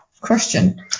question